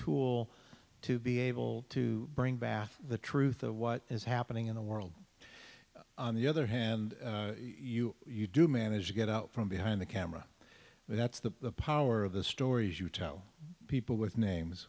tool to be able to bring back the truth of what is happening in the world on the other hand you do manage to get out from behind the camera but that's the power of the stories you tell people with names